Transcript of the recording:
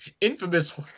infamous